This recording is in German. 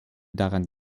daran